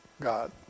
God